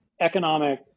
economic